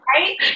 right